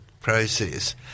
process